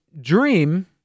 Dream